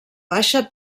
baixa